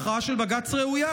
לשיטתי ההכרעה של בג"ץ היא ראויה,